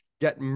get